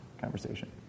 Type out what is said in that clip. conversation